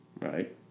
right